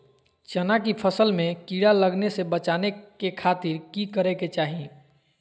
चना की फसल में कीड़ा लगने से बचाने के खातिर की करे के चाही?